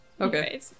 Okay